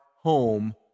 home